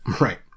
Right